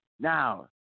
Now